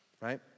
Right